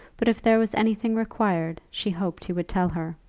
but if there was anything required she hoped he would tell her.